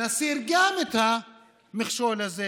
נסיר גם את המכשול הזה